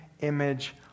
image